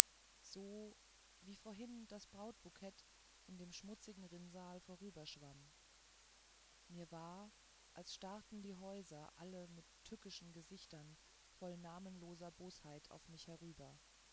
so wie vorhin das brautbukett in dem schmutzigen rinnsal vorüberschwamm mir war als starrten die häuser alle mit tückischen gesichtern voll namenloser bosheit auf mich herüber